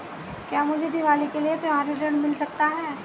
क्या मुझे दीवाली के लिए त्यौहारी ऋण मिल सकता है?